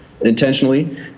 intentionally